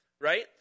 right